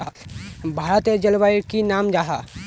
भारतेर जलवायुर की नाम जाहा?